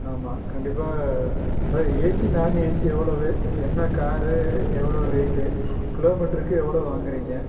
ஆமாம் கண்டிப்பாக அதான் ஏசி நான் ஏசி எவ்வளவு என்ன கார் எவ்வளோ ரேட் கிலோமீட்டருக்கு எவ்வளோ வாங்குறீங்க